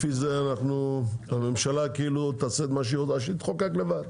לפי זה הממשלה כאילו תחוקק לבד.